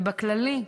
כללית,